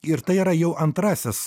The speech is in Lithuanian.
ir tai yra jau antrasis